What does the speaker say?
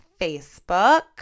Facebook